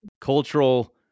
cultural